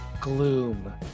gloom